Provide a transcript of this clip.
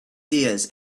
seers